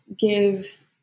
give